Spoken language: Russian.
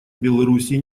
беларуси